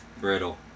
Brittle